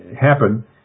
happen